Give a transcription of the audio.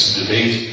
debate